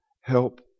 help